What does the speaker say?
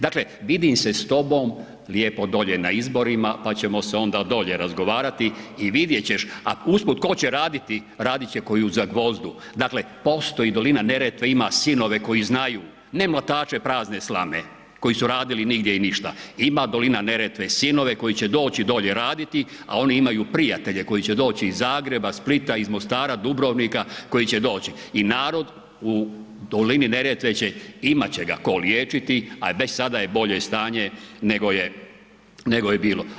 Dakle, vidim se s tobom lijepo dolje na izborima, pa ćemo se onda dolje razgovarati i vidjet ćeš, a usput tko će raditi, radit će ko i u Zagvozdu, dakle postoji dolina Neretve, ima sinove koji znaju, ne mlatače prazne slame koji su radili nigdje i ništa, ima dolina Neretve sinove koji će doći dolje raditi, a oni imaju prijatelje koji će doći iz Zagreba, Splita, iz Mostara, Dubrovnika koji će doći i narod u dolini Neretve će, imat će ga tko liječiti, a već sada je bolje stanje nego je, nego je bilo.